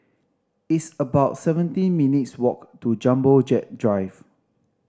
it's about seventeen minutes' walk to Jumbo Jet Drive